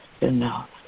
enough